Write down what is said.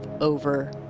over